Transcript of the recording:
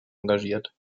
engagiert